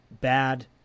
bad